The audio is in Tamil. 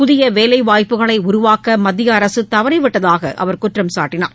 புதிய வேலைவாய்ப்புகளை உருவாக்க மத்திய அரசு தவறிவிட்டதாக அவர் குற்றம் சாட்டினார்